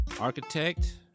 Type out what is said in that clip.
architect